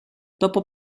dopo